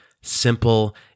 simple